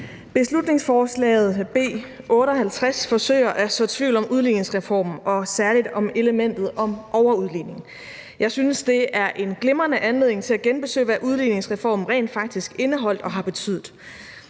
Beslutningsforslag B 58 forsøger at så tvivl om udligningsreformen og særlig om elementet om overudligning. Jeg synes, det er en glimrende anledning til at genbesøge, hvad udligningsreformen rent faktisk indeholder og har betydet.